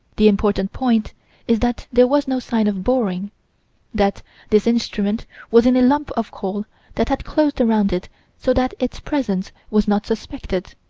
the important point is that there was no sign of boring that this instrument was in a lump of coal that had closed around it so that its presence was not suspected,